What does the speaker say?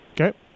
Okay